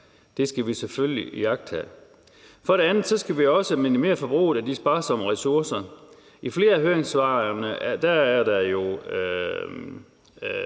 Det skal vi selvfølgelig iagttage. For det andet skal vi også minimere forbruget af de sparsomme ressourcer. I flere af høringssvarene er der jo